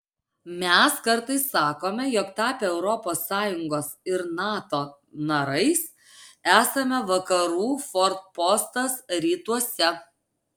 mes kartais sakome jog tapę europos sąjungos ir nato narais esame vakarų forpostas rytuose